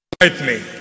lightning